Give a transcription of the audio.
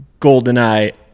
Goldeneye